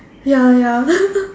ya ya